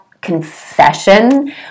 confession